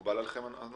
מקובל עליכם?